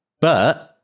But-